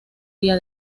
día